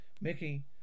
Mickey